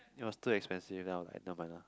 it was too expensive then I was like never mind lah